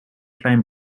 klein